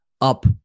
up